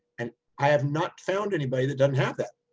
and i have not found anybody that doesn't have that.